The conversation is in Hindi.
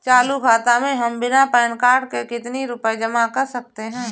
चालू खाता में हम बिना पैन कार्ड के कितनी रूपए जमा कर सकते हैं?